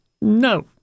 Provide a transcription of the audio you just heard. no